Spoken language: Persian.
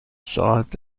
ساعت